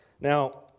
Now